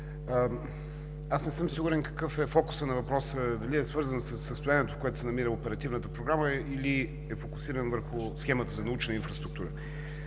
Не съм сигурен какъв е фокусът на въпроса – дали е свързан със състоянието, в което се намира Оперативната програма, или е фокусиран върху схемата за научна инфраструктура.